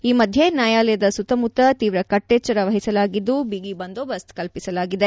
ಈ ಮಧ್ಯ ನ್ಡಾಯಾಲಯದ ಸುತ್ತಮುತ್ತ ತೀವ್ರ ಕಟ್ಟೆಚ್ಚರ ವಹಿಸಲಾಗಿದ್ದು ಬಿಗಿ ಬಂದೋಬಸ್ತ್ ಕಲ್ಪಿಸಲಾಗಿದೆ